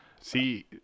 See